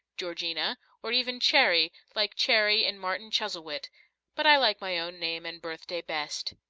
georgina, or even cherry, like cherry in martin chuzzlewit but i like my own name and birthday best.